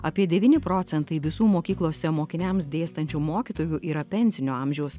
apie devyni procentai visų mokyklose mokiniams dėstančių mokytojų yra pensinio amžiaus